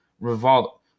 revolt